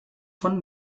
von